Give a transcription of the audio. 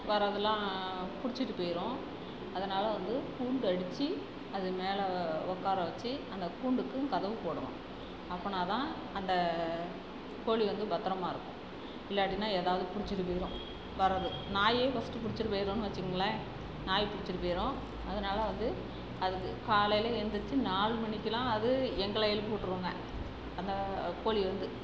வர்றதெலாம் பிடிச்சிட்டு போயிடும் அதனால் வந்து கூண்டு அடிச்சு அது மேலே உட்கார வச்சி அந்தக் கூண்டுக்கும் கதவு போடணும் அப்படின்னா தான் அந்தக் கோழி வந்து பத்தரமாக இருக்கும் இல்லாட்டின்னா ஏதாவது பிடிச்சிட்டு போயிடும் வர்றது நாயே ஃபஸ்ட்டு பிடிச்சிட்டு போயிடுன்னு வச்சிக்கோங்களேன் நாய் பிடிச்சிட்டுப் போயிடும் அதனால் வந்து அதுக்கு காலையில் எந்திரிச்சு நாலு மணிக்கெலாம் அது எங்களை எழுப்பி விட்டுருங்க அந்த கோழி வந்து